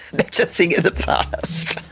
that's a thing of the past.